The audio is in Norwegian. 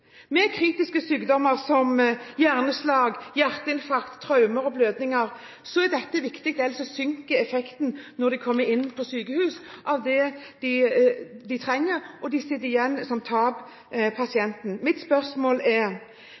kritiske sykdommer som hjerneslag, hjerteinfarkt, traumer og blødninger er dette viktig, ellers synker effekten av det pasientene trenger, når de kommer inn på sykehus, og de sitter igjen som tapere. Mitt spørsmål er: